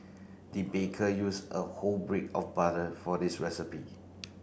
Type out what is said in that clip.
the baker use a whole break of butter for this recipe